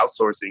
outsourcing